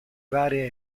varie